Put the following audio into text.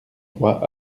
trois